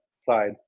side